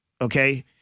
okay